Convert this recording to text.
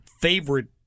favorite